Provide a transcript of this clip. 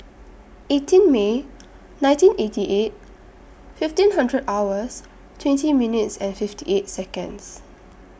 eighteen May nineteen eighty eight fifteen hundred hours twenty minutes and fifty eight Seconds